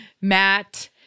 Matt